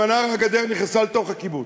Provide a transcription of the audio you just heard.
במנרה, הגדר נכנסה לתוך הקיבוץ.